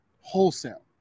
wholesale